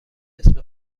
اسم